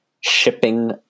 shipping